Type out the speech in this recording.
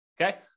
Okay